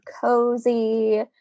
cozy